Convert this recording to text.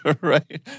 Right